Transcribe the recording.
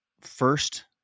first